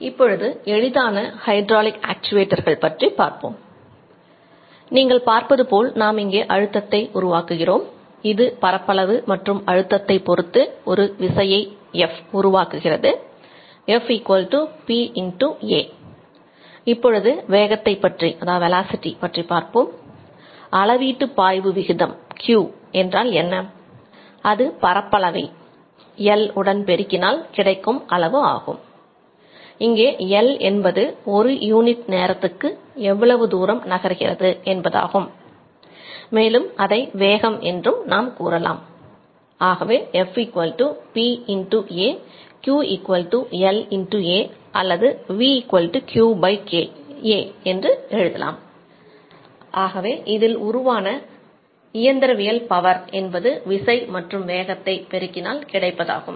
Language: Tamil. இப்பொழுது எளிதான ஹைட்ராலிக் ஆக்சுவேட்டர்கள் என்பது விசை மற்றும் வேகத்தை பெருகினால் கிடைப்பதாகும்